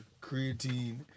creatine